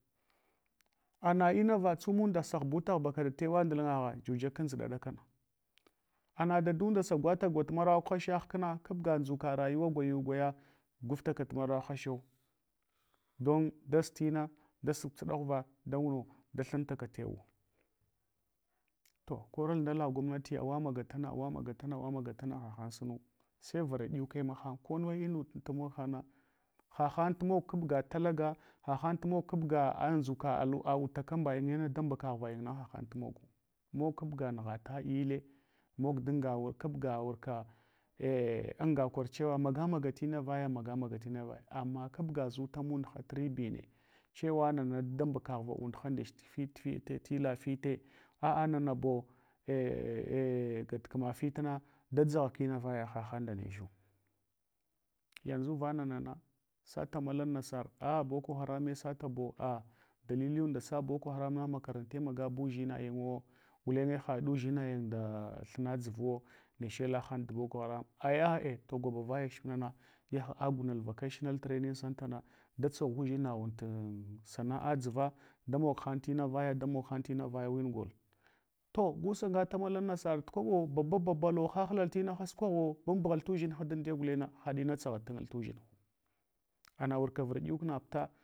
Ana inavo tsumunda sa ghubutaghbaka towa ndul ngagha hya kanʒuɗa dakana, ana sadadunda sa gwatagwa tmarakwo hasha hkna, kabga nʒuka rayuwa gwayu gwaya gwaftakat maraku hashau. Dan daztina, dasuɗ suɗaghuva da thuntaka tewuwo. To koral ndala gwamnati awamaga tana awa maga tana, awamaga tana hahan sumu. Sai varɗyake mahan, ko nume inunda tu mog hangna, hahan talaga, haha tunogh tamog kabga talaga, hahan tumog kabga nʒuka luwa utakambay, da mbakavayina hahan tumogu. Mog kabga nughata ille, mog dunga kabga anga korchewa maga maga tina vaya, maga korchewa maga kabga zuta mundha ribine, chewa nana da mbakara undha ndeche tilla fite, dananabo gatkma fitna dadʒagha kunavaya hahan nda nechu. Yanʒu vananana sata malan nasar, a boko harame sataɓo a dahilyu da sa boko haramna makarante magab unʒinayinwo, gulenye haɗ udʒinayin nda thina dʒuvuwo, neche lahan dan bokoharam aya ꞌa’ to gwabavayache munana agugyal velawnal traming centre na da tsoghu udʒinaghun sana’a dʒuwa da mog hang hang tina voya damog hang tina vayin gol. To gu sangalama lan nasar kivaɓo babababalo, hahlal tina ha sukwagho ambughal tudʒinha damdiya gulenna haɗ ina tsaghatul tudʒinhu. Ana wurka vurɗyuk na puta.